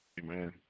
Amen